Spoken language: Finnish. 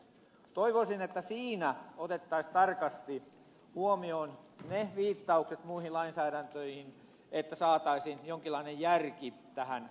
toivoisin että siinä otettaisiin tarkasti huomioon ne viittaukset muihin lainsäädäntöihin että saataisiin jonkinlainen järki tähän toimintaan